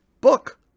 book